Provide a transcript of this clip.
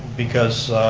because